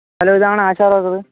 hello ഇതാണ് ASHA worker